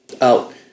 out